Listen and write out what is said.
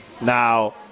Now